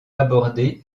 aborder